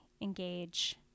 engage